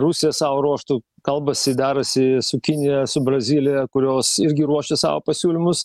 rusija savo ruožtu kalbasi derasi su kinija su brazilija kurios irgi ruošia savo pasiūlymus